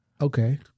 Okay